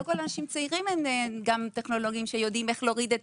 גם לא כל האנשים הצעירים יודעים איך להוריד את